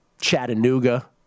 Chattanooga